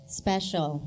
special